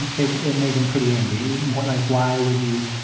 it it made them pretty angry. what like why would you.